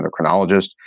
endocrinologist